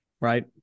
right